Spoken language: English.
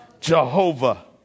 Jehovah